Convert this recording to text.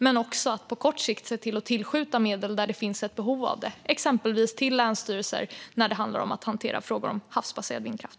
På kort sikt handlar det om att se till att tillskjuta medel där det finns ett behov av det, exempelvis till länsstyrelser när det handlar om att hantera frågor om havsbaserad vindkraft.